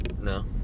No